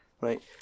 Right